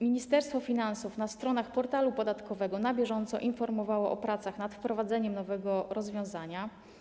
Ministerstwo Finansów na stronach portalu podatkowego na bieżąco informowało o pracach nad wprowadzeniem nowego rozwiązania.